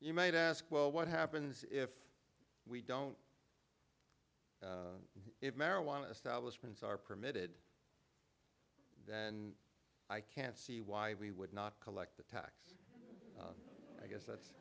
you might ask well what happens if we don't if marijuana establishment are permitted and i can't see why we would not collect the tax i guess